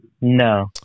No